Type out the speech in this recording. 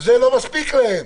וזה לא מספיק להם.